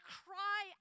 cry